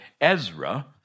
Ezra